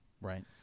Right